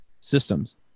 systems